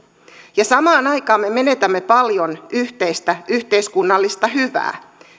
ja samaan aikaan me menetämme paljon yhteistä yhteiskunnallista hyvää